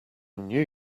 knew